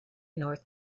north